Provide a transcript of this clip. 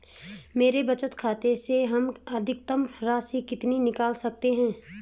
मेरे बचत खाते से हम अधिकतम राशि कितनी निकाल सकते हैं?